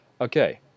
Okay